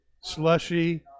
slushy